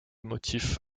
motif